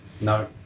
No